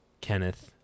Kenneth